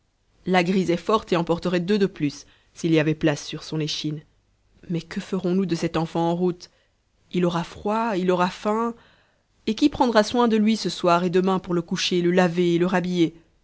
la grise est forte et en porterait deux de plus s'il y avait place sur son échine mais que ferons-nous de cet enfant en route il aura froid il aura faim et qui prendra soin de lui ce soir et demain pour le coucher le laver et le rhabiller